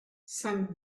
cinq